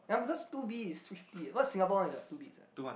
ya because two B is fifty what Singapore one is what two Bs right